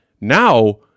Now